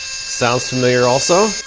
sounds familiar also.